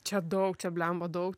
čia daug čia bliamba daug